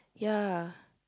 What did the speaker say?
yea